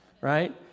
right